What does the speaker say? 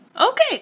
okay